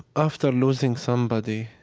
after losing somebody